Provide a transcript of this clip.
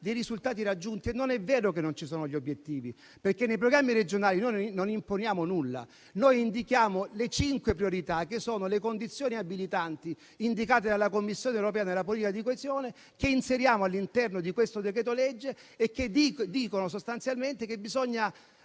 dei risultati raggiunti. E non è vero che non ci sono gli obiettivi, perché nei programmi regionali non imponiamo nulla: noi indichiamo le cinque priorità che sono le condizioni abilitanti indicate dalla Commissione europea nella politica di coesione, che inseriamo all'interno di questo decreto-legge e che dicono sostanzialmente che bisogna